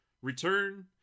return